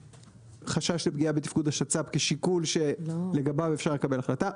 חשש לפגיעה בתפקוד השצ"פ כשיקול שלגביו אפשר לקבל החלטה.